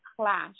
clash